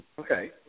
Okay